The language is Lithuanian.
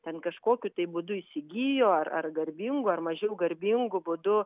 ten kažkokiu tai būdu įsigijo ar ar garbingu ar mažiau garbingu būdu